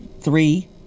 three